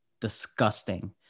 disgusting